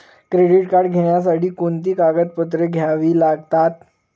Credit card घेण्यासाठी कोणती कागदपत्रे घ्यावी लागतात?